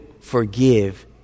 forgive